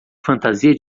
fantasia